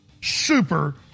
Super